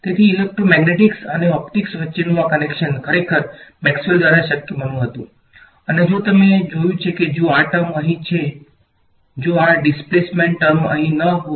તેથી ઇલેક્ટ્રોમેગ્નેટિક્સ અને optics term અહીં ન હોત તો આ યોગ્ય રીતે કામ શક્ય ન હતુ